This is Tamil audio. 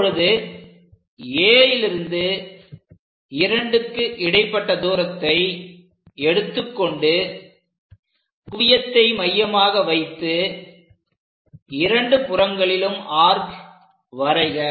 இப்பொழுது A லிருந்து 2க்கு இடைப்பட்ட தூரத்தை எடுத்துக்கொண்டு குவியத்தை மையமாக வைத்து இரண்டு புறங்களிலும் ஆர்க் வரைக